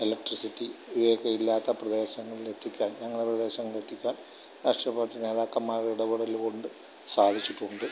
electricity ഇതൊക്കെ ഇല്ലാത്ത പ്രദേശങ്ങളിലെത്തിക്കാൻ ഞങ്ങളുടെ പ്രദേശങ്ങളെത്തിക്കാൻ രാഷ്ട്രീയപാർട്ടി നേതാക്കന്മാരുടെ ഇടപെടലുകൊണ്ട് സാധിച്ചിട്ടുണ്ട്